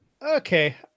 Okay